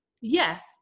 yes